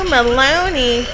Maloney